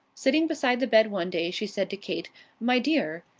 sitting beside the bed one day she said to kate my dear,